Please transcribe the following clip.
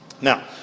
Now